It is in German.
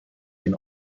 den